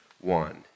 one